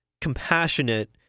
compassionate